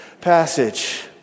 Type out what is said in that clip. passage